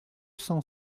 cent